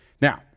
Now